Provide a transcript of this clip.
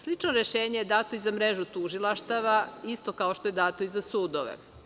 Slično rešenje je dato i za mrežu tužilaštava, isto kao što je dato i za sudove.